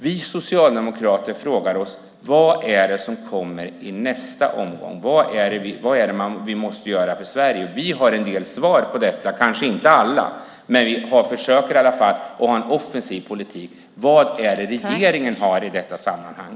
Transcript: Vi socialdemokrater frågar oss: Vad är det som kommer i nästa omgång? Vad är det vi måste göra för Sverige? Vi har en del svar på detta, kanske inte alla men vi försöker i alla fall att föra en offensiv politik. Vad har regeringen i detta sammanhang?